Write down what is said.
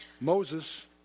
Moses